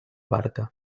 barca